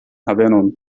havenon